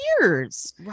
years